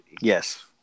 Yes